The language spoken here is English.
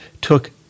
took